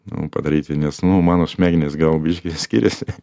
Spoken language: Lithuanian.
nu padaryti nes nu mano smegenys gal biški skiriasi